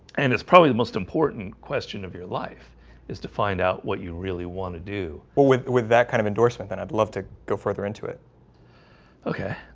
and it's probably the most important question of your life is to find out what you really want to do well with with that kind of endorsement then i'd love to go further into it okay